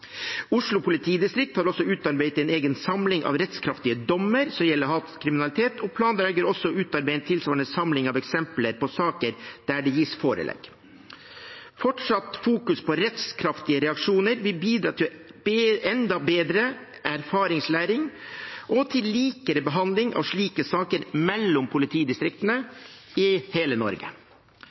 Oslo politidistrikt har også utarbeidet en egen samling av rettskraftige dommer som gjelder hatkriminalitet, og planlegger også å utarbeide en tilsvarende samling av eksempler på saker der det gis forelegg. Fortsatt fokusering på rettskraftige reaksjoner vil bidra til enda bedre erfaringslæring og til mer lik behandling av slike saker i politidistriktene i hele Norge.